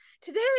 today